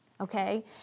okay